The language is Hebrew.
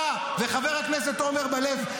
אתה וחבר הכנסת עמר בר לב,